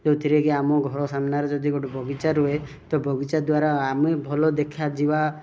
ଯେଉଁଥିରେ କି ଆମ ଘର ସାମ୍ନାରେ ଯଦି ଗୋଟେ ବଗିଚା ରୁହେ ତ ବଗିଚା ଦ୍ୱାରା ଆମେ ଭଲ ଦେଖାଯିବା